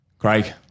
Craig